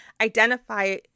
identify